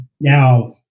now